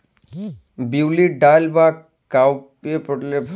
বিউলির ডাল বা কাউপিএ প্রটিলের ভরপুর ভাতের সাথে খায়